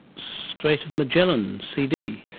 strait of magellan, cd.